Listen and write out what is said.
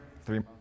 three